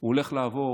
הוא הולך לעבור